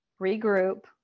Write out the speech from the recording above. regroup